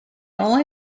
only